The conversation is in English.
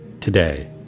today